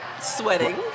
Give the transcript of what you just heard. sweating